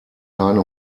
keine